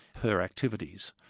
her activities,